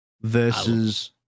versus